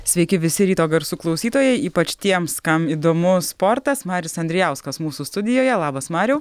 sveiki visi ryto garsų klausytojai ypač tiems kam įdomu sportas marius andrijauskas mūsų studijoje labas mariau